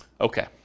Okay